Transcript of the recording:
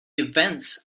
events